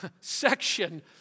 section